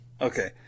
Okay